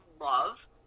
love